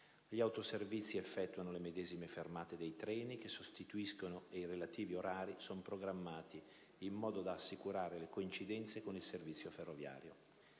Gli autoservizi effettuano le medesime fermate dei treni che sostituiscono e i relativi orari sono programmati in modo da assicurare le coincidenze con il servizio ferroviario.